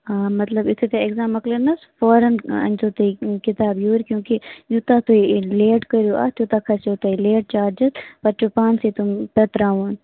ہاں مطلب یُتھُے تۄہہِ ایٚکزام مۅکلیو نہٕ حظ فورَن أنۍزیٚو تُہۍ کِتاب یوٗرۍ کیونکہِ یوٗتاہ تُہۍ لیٹ کٔرِو اَتھ تیٛوٗتاہ کَھسوٕ تۄہہِ لیٹ چارجِز پَتہٕ چھُو پانسٕے تُہۍ پٮ۪تراوُن